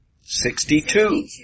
sixty-two